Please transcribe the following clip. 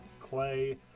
Clay